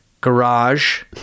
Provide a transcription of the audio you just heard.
garage